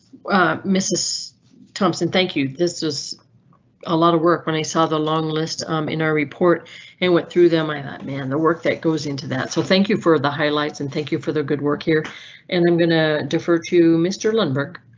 mrs thompson. thank you. this was a lot of work when i saw the long list in our report and went through them. i that man the work that goes into that. so thank you for the highlights and thank you for the good work here and i'm going to defer to mr lundberg.